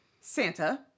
santa